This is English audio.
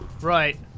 right